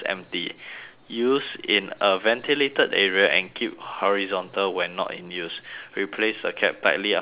use in a ventilated area and keep horizontal when not in use replace the cap tightly after use